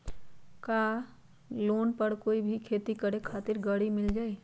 का लोन पर कोई भी खेती करें खातिर गरी मिल जाइ?